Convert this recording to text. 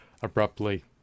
abruptly